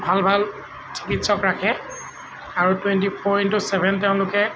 ভাল ভাল চিকিৎসক ৰাখে আৰু টুৱেণ্টি ফ'ৰ ইনটু ছেভেন তেওঁলোকে